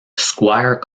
squire